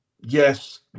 yes